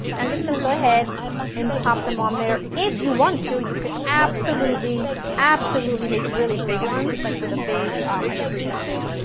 just going to go ahead and pop them on there, if you want to you could absolutely absolutely make really big ones, like with a big um ice cream scoop.